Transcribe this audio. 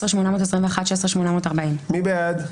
16,541 עד 16,560. מי בעד?